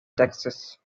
texas